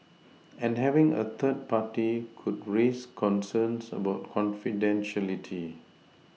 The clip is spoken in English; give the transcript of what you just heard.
and having a third party could raise concerns about confidentiality